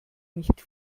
nicht